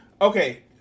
okay